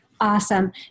Awesome